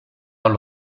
allo